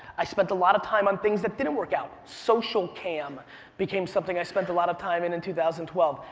i spent a lot of time on things that didn't work out, socialcam became something i spent a lot of time in in two thousand and twelve.